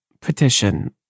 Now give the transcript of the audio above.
Petition